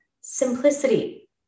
simplicity